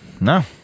No